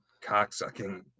cock-sucking